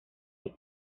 esa